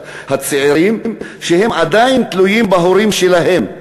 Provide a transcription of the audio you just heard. הצעירים, עדיין תלויים בהורים שלהם,